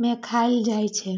मे खाएल जाइ छै